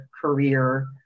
career